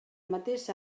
mateix